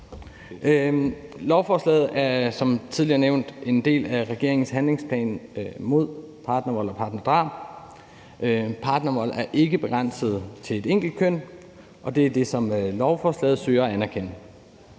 Lovforslaget er som tidligere nævnt en del af regeringens handlingsplan mod partnervold og partnerdrab. Partnervold er ikke begrænset til et enkelt køn, og det er det, som lovforslaget søger at anerkende.